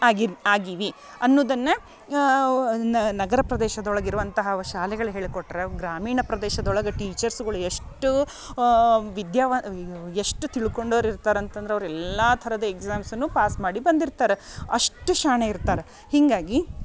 ಆಗಿರ್ ಆಗೀವಿ ಅನ್ನೋದನ್ನ ನಗರ ಪ್ರದೇಶದೊಳಗೆ ಇರುವಂತಹ ವ ಶಾಲೆಗಳು ಹೇಳ್ಕೊಟ್ರೆ ಗ್ರಾಮೀಣ ಪ್ರದೇಶದೊಳಗೆ ಟೀಚರ್ಸ್ಗಳು ಎಷ್ಟು ವಿದ್ಯಾವ ಎಷ್ಟು ತಿಳ್ಕೊಂಡವ್ರಿರ್ತಾರೆ ಅಂತಂದ್ರೆ ಅವ್ರು ಎಲ್ಲ ಥರದ ಎಕ್ಸಾಮ್ಸನ್ನು ಪಾಸ್ ಮಾಡಿ ಬಂದಿರ್ತಾರೆ ಅಷ್ಟು ಶಾಣೆ ಇರ್ತಾರೆ ಹೀಗಾಗಿ